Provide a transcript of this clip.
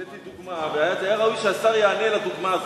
הבאתי דוגמה והיה ראוי שהשר יענה על הדוגמה הזאת.